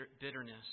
bitterness